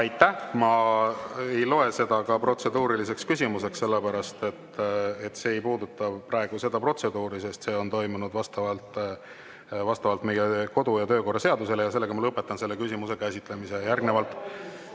Ma ei loe ka seda protseduuriliseks küsimuseks, sellepärast et see ei puuduta praegu seda protseduuri, mis on toimunud vastavalt meie kodu‑ ja töökorra seadusele. Ma lõpetan selle küsimuse käsitlemise. Järgnevalt